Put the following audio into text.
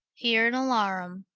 here an alarum,